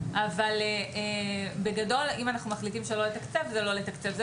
אבל בגדול אם אנחנו מחליטים שלא לתקצב אז זה לא לתקצב.